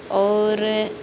और